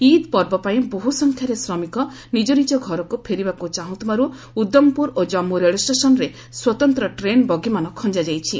ଇଦ୍ ପର୍ବ ପାଇଁ ବହୁସଂଖ୍ୟାରେ ଶ୍ରମିକ ନିଜ ନିଜ ଘରକୁ ଫେରିବାକୁ ଚାହୁଁଥିବାରୁ ଉଦ୍ଧମ୍ପୁର ଓ ଜନ୍ମୁ ରେଳଷ୍ଟେସନ୍ରେ ସ୍ୱତନ୍ତ ଟ୍ରେନ୍ ବଗିମାନ ଖଞ୍ଜାଯାଇଛି